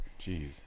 Jeez